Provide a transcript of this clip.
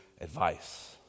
advice